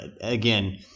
again